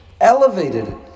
elevated